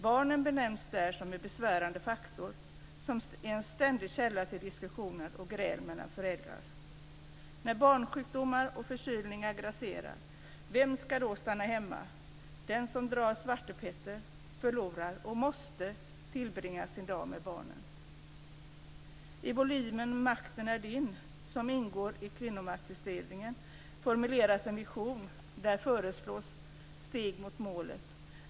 Barnen benämns som en besvärande faktor, som en ständig källa till diskussioner och gräl mellan föräldrarna. När barnsjukdomar och förkylningar grasserar, vem skall då stanna hemma? Den som drar Svarte Petter förlorar och måste tillbringa sin dag med barnen. I volymen Makten är Din, som ingår i Kvinnomaktutredningen, formuleras en vision. Där föreslås steg mot målet.